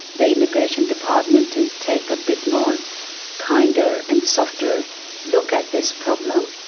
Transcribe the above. the immigration department, to take a bit more kinder and softer look at this problem.